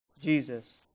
Jesus